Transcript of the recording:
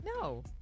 No